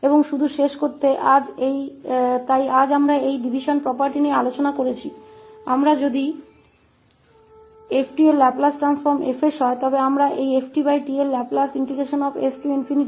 और सिर्फ इसलिए समाप्त करने के लिए आज हमने इस डिवीजन प्रॉपर्टी पर चर्चा की है जो कहती है कि अगर इस 𝑓𝑡 का लैपलेस ट्रांसफॉर्म 𝐹𝑠 है तो हम 𝐹tका यह लैपलेस प्राप्त कर सकते हैं0t𝐹𝑑u के रूप में